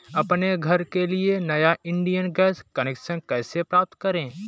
अपने घर के लिए नया इंडियन गैस कनेक्शन कैसे प्राप्त करें?